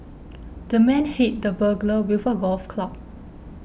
the man hit the burglar with a golf club